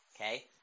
okay